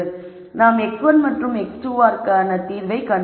நாம் x1 மற்றும் x2 விற்கான தீர்வை கண்டுள்ளோம்